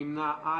4 נגד, 5 לא אושרה.